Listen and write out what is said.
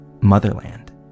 Motherland